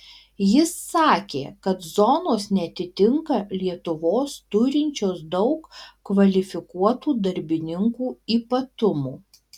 jis sakė kad zonos neatitinka lietuvos turinčios daug kvalifikuotų darbininkų ypatumų